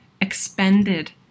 expended